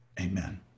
amen